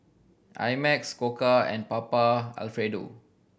I Max Koka and Papa Alfredo